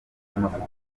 amafoto